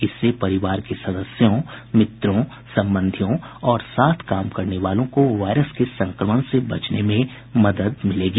इससे परिवार के सदस्यों मित्रों संबंधियों और साथ काम करने वालों को वायरस के संक्रमण से बचाने में मदद मिलेगी